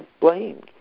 blamed